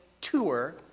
tour